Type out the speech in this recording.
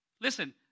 Listen